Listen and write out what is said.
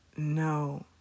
No